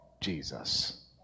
Jesus